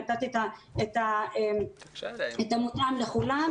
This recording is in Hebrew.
נתתי את המותאם לכולם.